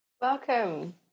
Welcome